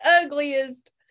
ugliest